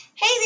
Hey